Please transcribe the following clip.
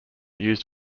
used